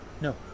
No